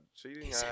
cheating